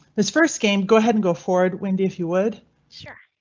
this first game, go ahead and go forward. wendy if you would sure.